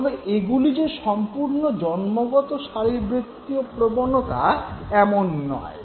তবে এগুলি যে সম্পূর্ণ জন্মগত শারীরবৃত্তিয় প্রবণতা এমন নয়